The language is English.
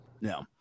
No